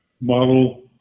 Model